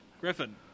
Griffin